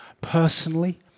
personally